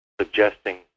suggesting